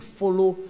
follow